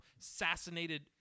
assassinated